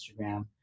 instagram